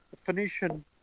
Phoenician